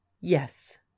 Yes